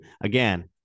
Again